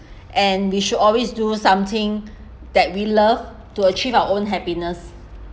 and we should always do something that we love to achieve our own happiness